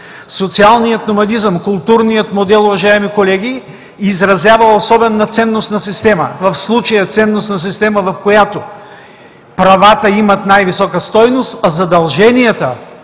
Социалният номадизъм, културният модел, уважаеми колеги, изразява особена ценностна система – в случая ценностна система, в която правата имат най-висока стойност, а задълженията